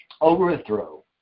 overthrow